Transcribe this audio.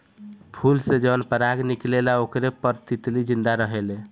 फूल से जवन पराग निकलेला ओकरे पर तितली जिंदा रहेले